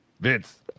Vince